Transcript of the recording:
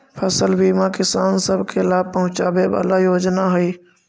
फसल बीमा किसान सब के लाभ पहुंचाबे वाला योजना हई